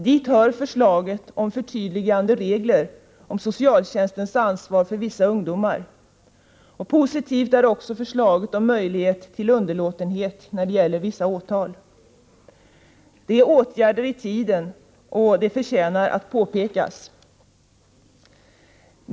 Dit hör förslaget om förtydligande regler om socialtjänstens ansvar för vissa ungdomar. Positivt är också förslaget om möjlighet till underlåtenhet att väcka vissa åtal. Det är åtgärder i tiden — det förtjänar att påpekas.